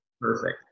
perfect